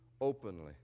openly